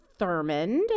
Thurmond